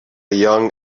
young